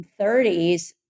30s